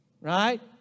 Right